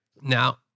Now